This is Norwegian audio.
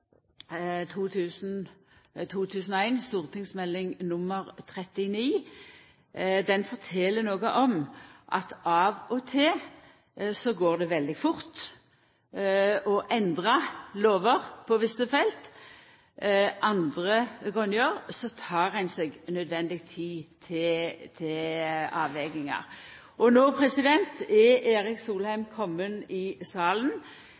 Den fortel noko om at av og til går det veldig fort å endra lover på visse felt, andre gonger tek ein seg nødvendig tid til avvegingar. – Og no er Erik Solheim komen i salen!